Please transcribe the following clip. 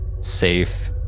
safe